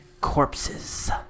corpses